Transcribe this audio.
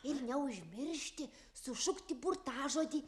ir neužmiršti sušukti burtažodį